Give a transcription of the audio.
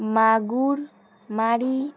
মাগুর মাড়ি